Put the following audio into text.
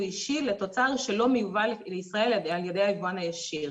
אישי לתוצר שלא מיובא לישראל על ידי היבואן הישיר.